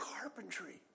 carpentry